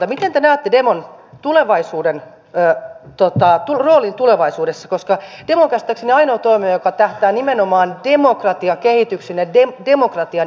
miten te näette demon roolin tulevaisuudessa koska demo on käsittääkseni ainoa toimija joka tähtää nimenomaan demokratiakehityksen ja demokratian edistämiseen